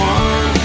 one